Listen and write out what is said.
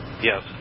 Yes